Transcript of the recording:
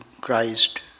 Christ